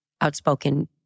outspoken